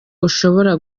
ushobora